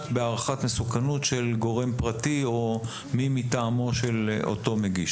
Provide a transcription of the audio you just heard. בהערכת מסוכנות של גורם פרטי או מי מטעמו של אותו מגיש.